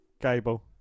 Gable